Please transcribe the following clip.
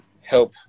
help